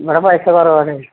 ഇവിടെ പൈസ കുറവാണ്